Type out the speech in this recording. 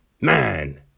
Man